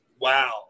wow